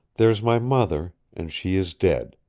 there's my mother, and she is dead.